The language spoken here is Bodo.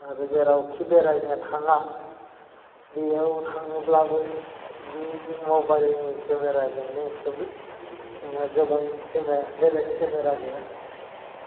आरो जेरावखि बेरायनो थाङा बेयाव थाङोब्लाबो बै मबाइलनि केमेराजोंनो खेबो आंना गोबां केमेरा बेलेग केमेरा गैया